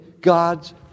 God's